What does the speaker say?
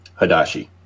Hadashi